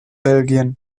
belgien